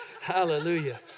hallelujah